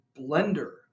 blender